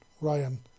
Ryan